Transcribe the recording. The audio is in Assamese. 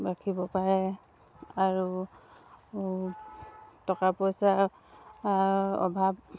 ৰাখিব পাৰে আৰু টকা পইচা অভাৱ